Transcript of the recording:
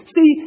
See